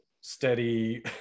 steady